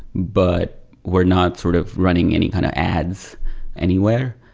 but we're not sort of running any kind of ads anywhere.